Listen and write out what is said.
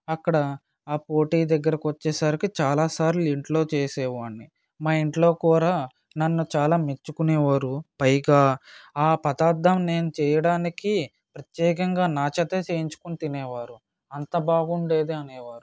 అక్కడ ఆ పోటీ దగ్గరకు వచ్చేసరికి చాలా సార్లు ఇంట్లో చేసేవాడిని మా ఇంట్లో కూడా నన్ను చాలా మెచ్చుకునేవారు పైగా ఆ పదార్థం నేను చెయ్యడానికి ప్రత్యేకంగా నా చేతనే చేయించుకుని తినేవారు అంత బాగుండేది అనేవారు